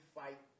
fight